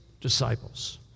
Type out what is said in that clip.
disciples